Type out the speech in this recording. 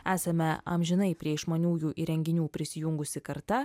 esame amžinai prie išmaniųjų įrenginių prisijungusi karta